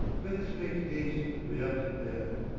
let us make haste to wertenberg.